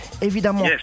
Évidemment